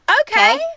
Okay